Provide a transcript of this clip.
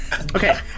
Okay